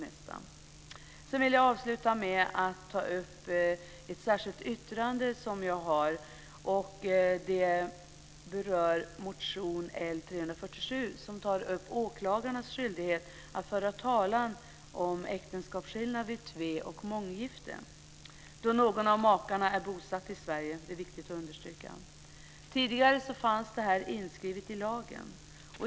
Jag vill avslutningsvis ta upp ett särskilt yttrande som jag har avgivit. Det berör motion L347 om åklagares skyldighet att föra talan om äktenskapsskillnad vid tve eller månggifte, då någon av makarna är bosatt i Sverige - det är viktigt att understryka. Tidigare fanns detta inskrivet i lagen.